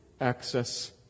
access